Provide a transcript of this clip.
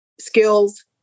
skills